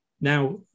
Now